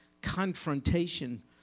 Confrontation